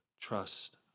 trust